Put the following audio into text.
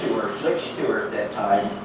flicks tour, at that time.